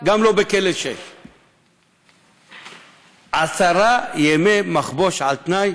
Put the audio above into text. גם לא בכלא 6. עשרה ימי מחבוש על תנאי?